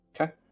okay